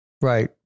right